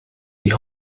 die